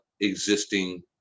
existing